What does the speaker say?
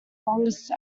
longest